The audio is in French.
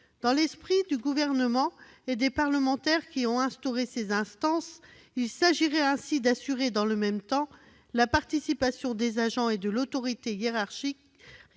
Dans l'esprit du gouvernement et des parlementaires qui ont instauré ces instances, il s'agissait d'assurer dans le même temps la participation des agents et de l'autorité hiérarchique,